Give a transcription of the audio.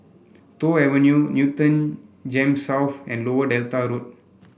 Toh Avenue Newton Gems South and Lower Delta Road